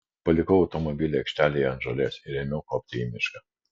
palikau automobilį aikštelėje ant žolės ir ėmiau kopti į mišką